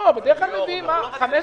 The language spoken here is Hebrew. השר יקבע בלי תקנות?